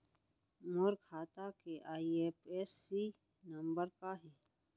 मोर खाता के IFSC number का हे?